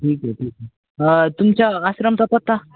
ठीक आहे ठीक आहे तुमच्या आश्रमाचा पत्ता